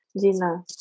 Gina